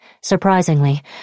Surprisingly